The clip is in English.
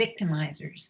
victimizers